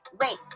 wait